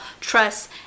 trust